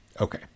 Okay